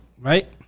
Right